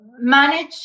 manage